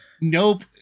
nope